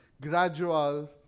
gradual